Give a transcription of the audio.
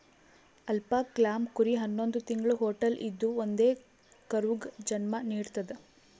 alpaca llama ಕುರಿ ಹನ್ನೊಂದ್ ತಿಂಗ್ಳ ಹೊಟ್ಟಲ್ ಇದ್ದೂ ಒಂದೇ ಕರುಗ್ ಜನ್ಮಾ ನಿಡ್ತದ್